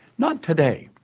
not today.